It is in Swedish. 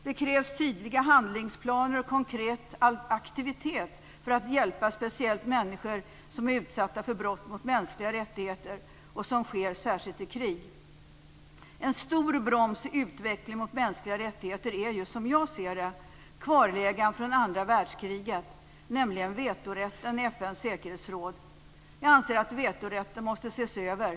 Det krävs tydliga handlingsplaner och konkret aktivitet för att hjälpa speciellt människor som är utsatta för de brott mot mänskliga rättigheter som sker särskilt i krig. En stor broms i utvecklingen mot mänskliga rättigheter är ju, som jag ser det, kvarlevan från andra världskriget, nämligen vetorätten i FN:s säkerhetsråd. Jag anser att vetorätten måste ses över.